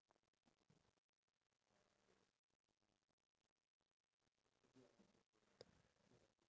I feel like planning is very important so in order for you to have balance in your life